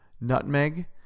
nutmeg